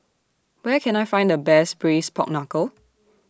Where Can I Find The Best Braised Pork Knuckle